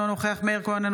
אינו נוכח מאיר כהן,